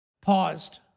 Paused